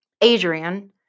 Adrian